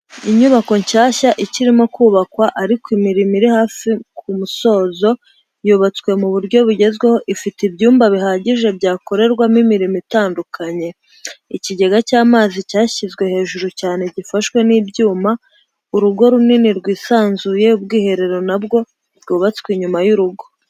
Inyubako nshyashya ikirimo kubakwa ariko imirimo iri hafi ku musozo yubatswe mu buryo bugezweho ifite ibyumba bihagije byakorerwamo imirimo itandukanye, ikigega cy'amazi cyashyizwe hejuru cyane gifashwe n'ibyuma, urugo runini rwisanzuye, ubwiherero nabwo bwubatswe inyuma y'urugo.